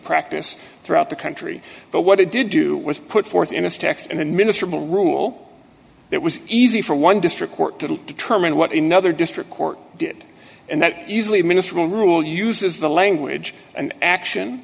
practice throughout the country but what it did do was put forth in this text and in mr bill rule that was easy for one district court to determine what another district court did and that usually ministerial rule uses the language an action